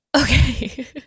Okay